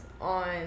on